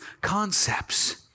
concepts